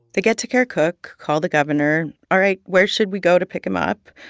they get to kirkuk, call the governor. all right, where should we go to pick him up?